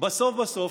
בסוף בסוף,